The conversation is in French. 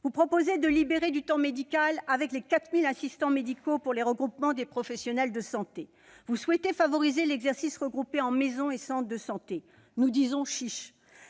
Vous proposez de libérer du temps médical avec les 4 000 assistants médicaux pour les regroupements des professionnels de santé. Vous souhaitez favoriser l'exercice regroupé en maisons et centres de santé, nous disons :« Chiche